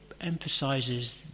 emphasizes